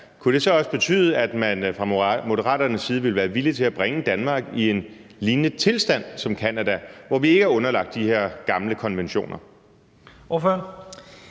kunne det så også betyde, at man fra Moderaternes side ville være villige til at bringe Danmark i en lignende tilstand som Canada, hvor vi ikke er underlagt de her gamle konventioner?